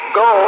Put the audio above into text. go